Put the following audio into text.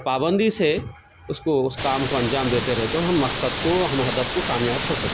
پابندی سے اس کو اس کام کو انجام دیتے رہے تو ہم مقصد کو ہم ہدف کو کامیاب ہو سک